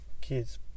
kids